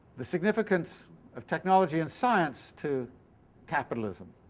the significance of technology and science to capitalism.